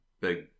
big